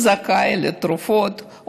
זכאי לתרופות,